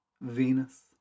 Venus